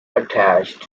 attached